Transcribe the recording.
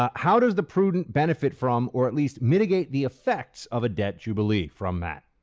um how does the prudent benefit from or at least mitigate the effects of a debt jubilee? from, matt.